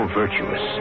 virtuous